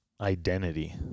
identity